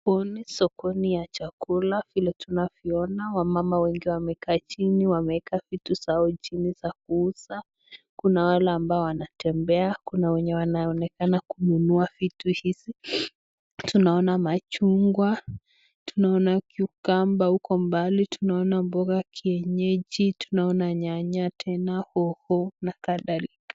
Hapa ni soko ya chakula vile tunavyoona. Kina mama wamekaa vitu zao za kuuza chini. Tunaona wanaotembea, kuna wenye wanaonekana kununua vitu hizi. Tunaona matunda, nyanya, mboga ya kienyeji, hoho na kadhalika.